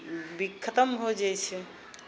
बिख खतम हो जाइ छै